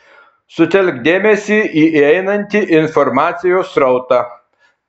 sutelk dėmesį į įeinantį informacijos srautą